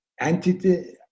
entity